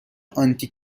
آنتی